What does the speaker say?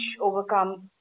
overcome